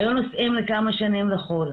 והיו נוסעים לכמה שנים לחו"ל,